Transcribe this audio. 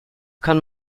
kann